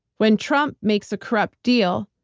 when trump makes a corrupt deal,